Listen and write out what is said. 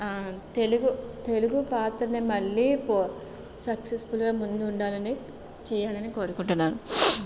తెలుగు తెలుగు పాత్రని మళ్ళీ ఫు సక్సస్ఫుల్గా ముందు ఉండాలని చెయ్యాలని కోరుకుంటున్నాను